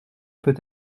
peut